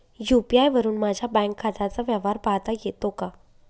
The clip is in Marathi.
यू.पी.आय वरुन माझ्या बँक खात्याचा व्यवहार पाहता येतो का?